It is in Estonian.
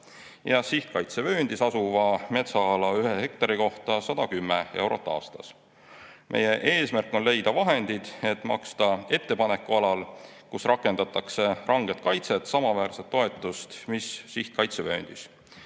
ja sihtkaitsevööndis asuva metsaala ühe hektari kohta 110 eurot aastas. Meie eesmärk on leida vahendid, et maksta ettepanekualal, kus rakendatakse ranget kaitset, samaväärset toetust mis sihtkaitsevööndis.